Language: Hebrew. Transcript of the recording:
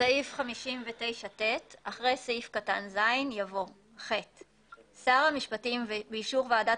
בסעיף 59ט אחרי סעיף קטן (ז) יבוא: (ח)שר המשפטים באישור ועדה